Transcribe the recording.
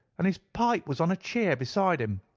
and his pipe was on a chair beside him.